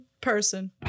person